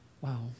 Wow